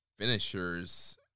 Finishers